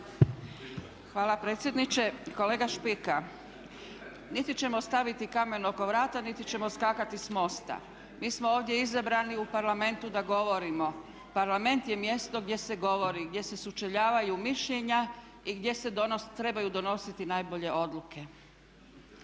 Hvala predsjedniče. Kolega Špika, niti ćemo staviti kamen oko vrata, niti ćemo skakati s mosta. Mi smo ovdje izabrani u Parlamentu da govorimo. Parlament je mjesto gdje se govori, gdje se sučeljavaju mišljenja i gdje se trebaju donositi najbolje odluke.